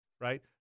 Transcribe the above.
right